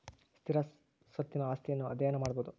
ಸ್ಥಿರ ಸ್ವತ್ತಿನ ಆಸ್ತಿಯನ್ನು ಅಧ್ಯಯನ ಮಾಡಬೊದು